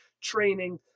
training